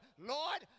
Lord